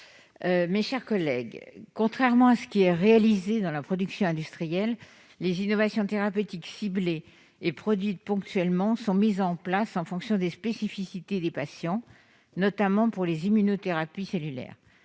du rapport visé. Contrairement à ce qui est réalisé dans la production industrielle, des innovations thérapeutiques ciblées et produites ponctuellement sont mises en place en fonction des spécificités des patients, notamment pour les immunothérapies cellulaires.